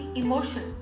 emotion